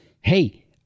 hey